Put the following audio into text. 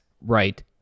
right